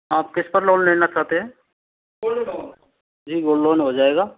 आप किस पर लोन लेना चाहते हैं जी गोल्ड लोन हो जाएगा